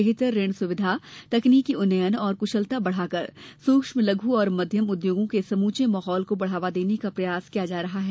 बेहतर ऋण सुविधा तकनीकी उन्नयन और क्शलता बढ़ाकर सुक्ष्म लघ् और मध्यम उद्योगों के समूचे माहौल को बढ़ावा देने का प्रयास किया जा रहा है